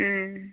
ও